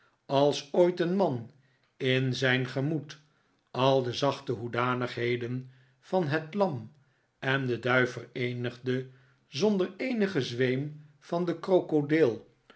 als ooit een man in zijn gemoed al de zachte hoedanigheden van het lam en de duif vereenigde zonder eenigen zweem van den krokodil